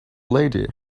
lady